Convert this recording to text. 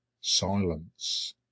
Silence